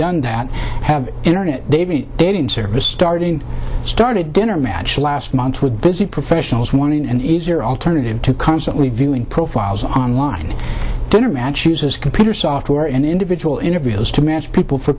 done that have internet they've been dating service starting started dinner match last month with busy professionals wanting an easier alternative to constantly viewing profiles online donor match users computer software and individual interviews to match people for